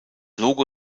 logo